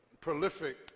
prolific